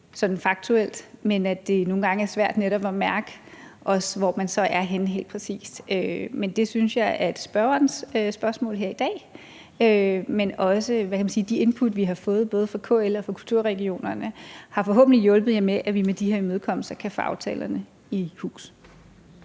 faktuelt, men at det nogle gange er svært at mærke, hvor vi er henne helt præcis. Men jeg håber, at spørgerens spørgsmål her i dag, men også de input, vi har fået fra både KL og kulturregionerne, forhåbentlig har hjulpet med, at vi med de imødekommelser kan få aftalerne i hus.